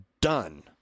done